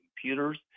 computers